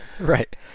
Right